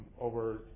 over